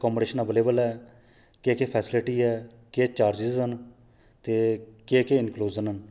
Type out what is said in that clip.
accommodation available ऐ केह् केह् फैसिलिटी ऐ केह् चार्ज न ते केह् केह् इनकलूजन न